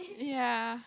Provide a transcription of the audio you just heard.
ya